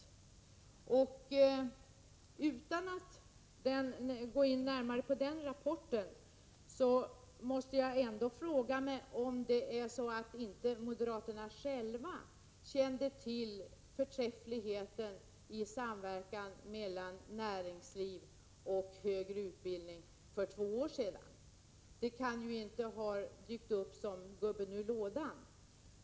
Utan att gå in närmare på rapporten måste jag fråga mig om inte moderaterna själva kände till förträffligheten med samverkan mellan näringsliv och högre utbildning för två år sedan. Det kan inte ha dykt upp som gubben ur lådan.